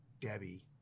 Debbie